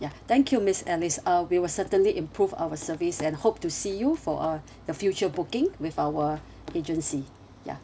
ya thank you miss alice uh we will certainly improve our service and hope to see you for uh the future booking with our agency ya